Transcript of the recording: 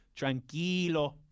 Tranquilo